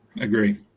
Agree